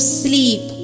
sleep